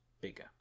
bigger